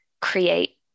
create